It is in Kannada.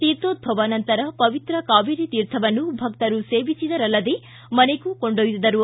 ತೀರ್ಥೋದ್ದವ ನಂತರ ಪವಿತ್ರ ಕಾವೇರಿ ತೀರ್ಥವನ್ನು ಭಕ್ತರು ಸೇವಿಸಿದರಲ್ಲದೇ ಮನೆಗೂ ಕೊಂಡೊಯ್ದರು